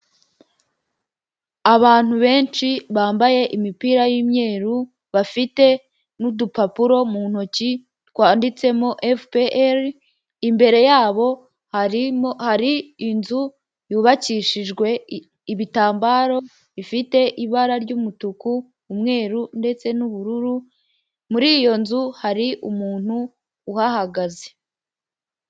Abantu benshi bambaye imipira y'imyeru bafite n'udupapuro mu ntoki twanditsemo efuperi, imbere yabo harimo hari inzu yubakishijwe ibitambaro bifite ibara ry'umutuku umweru ndetse n'ubururu muri iyo nzu hari umuntu uhahagaze.